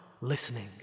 listening